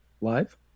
live